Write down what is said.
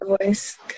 voice